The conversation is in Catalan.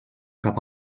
cap